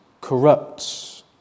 corrupts